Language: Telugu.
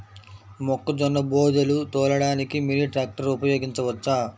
మొక్కజొన్న బోదెలు తోలడానికి మినీ ట్రాక్టర్ ఉపయోగించవచ్చా?